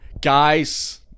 guys